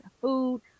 Food